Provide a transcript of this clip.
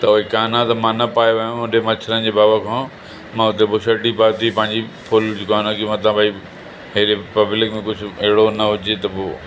त इकाना त मां न पाए वियो हुअमि ओॾे मच्छरनि जे भउ खां मां उते बुशर्ट ई पाती पंहिंजी फुल मथां भई हेॾी पब्लिक में कुझु अहिड़ो न हुजे त पोइ